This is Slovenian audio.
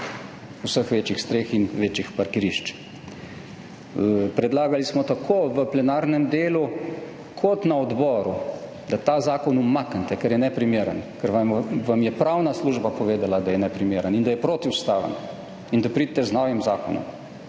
vseh večjih streh in večjih parkirišč. Tako v plenarnem delu kot na odboru smo predlagali, da ta zakon umaknete, ker je neprimeren, ker vam je pravna služba povedala, da je neprimeren in da je protiustaven in da pridete z novim zakonom.